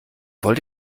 wollt